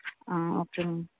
ah okay ma'am